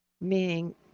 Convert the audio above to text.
meaning